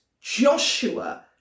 Joshua